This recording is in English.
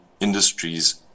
industries